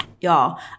Y'all